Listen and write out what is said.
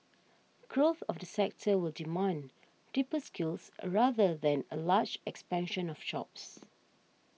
growth of the sector will demand deeper skills rather than a large expansion of jobs